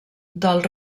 del